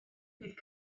bydd